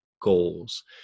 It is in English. goals